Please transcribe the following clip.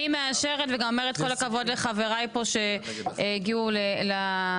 אני מאשרת וגם אומרת כל הכבוד לחבריי פה שהגיעו להסדר הזה.